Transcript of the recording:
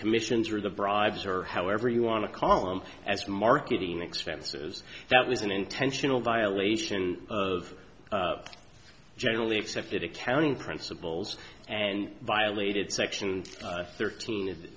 commissions or the bribes or however you want to call them as marketing expenses that was an intentional violation of generally accepted accounting principles and violated section thirteen is